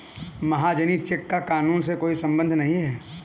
महाजनी चेक का कानून से कोई संबंध नहीं है